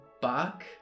Buck